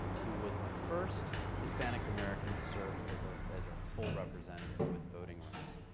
who was the first hispanic american to serve as ah as a full representative, with voting rights.